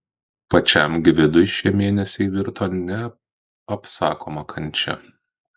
pačiam gvidui šie mėnesiai virto neapsakoma kančia